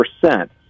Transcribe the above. percent